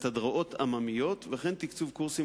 קתדראות עממיות וכן תקצוב קורסים